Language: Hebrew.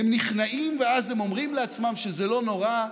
הם נכנעים ואז הם אומרים לעצמם שזה לא נורא,